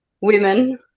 women